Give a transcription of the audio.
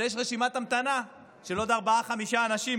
אבל יש רשימת המתנה של עוד ארבעה-חמישה אנשים,